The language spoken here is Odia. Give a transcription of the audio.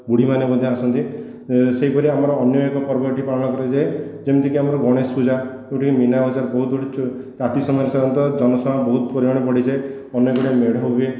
ବୁଢ଼ୀମାନେ ମଧ୍ୟ ଆସନ୍ତି ସେହିପରି ଆମର ଅନ୍ୟ ଏକ ପର୍ବ ଏଇଠି ପାଳନ କରାଯାଏ ଯେମିତିକି ଆମର ଗଣେଶ ପୂଜା ଯେଉଁଠିକି ମିନା ବଜାର ବହୁତ ଗୁଡ଼ିଏ ରାତି ସମୟରେ ସାଧାରଣତଃ ଜନ ସମାଗମ ବହୁତ ପରିମାଣରେ ବଢ଼ିଯାଏ ଅନେକ ଗୁଡ଼ିଏ ମେଢ଼ ହୁଏ